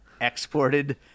exported